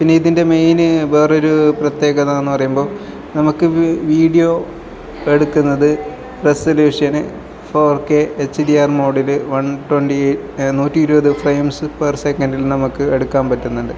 പിന്നെ ഇതിൻ്റെ മെയിന് വേറൊരു പ്രത്യേകതാന്ന് പറയുമ്പോൾ നമുക്ക് വീ വീഡിയോ എടുക്കുന്നത് റെസൊല്യൂഷന് ഫോർ കെ എച്ച്ഡിആർ മോഡില് വൺ ട്വൻറ്റി നൂറ്റി ഇരുപത് ഫ്രെയിംസ് പെർ സെക്കൻറ്റിൽ നമുക്ക് എടുക്കാൻ പറ്റുന്നുണ്ട്